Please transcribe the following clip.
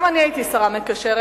גם אני הייתי שרה מקשרת,